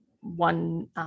one